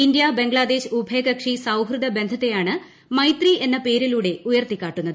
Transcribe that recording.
India Bangladesh ഉഭയകക്ഷി സൌഹൃദ ബന്ധത്തെയാണ് മൈത്രി എന്ന പേരിലൂടെ ഉയർത്തിക്കാട്ടുന്നത്